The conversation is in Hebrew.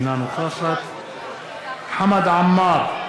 אינה נוכחת חמד עמאר,